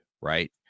right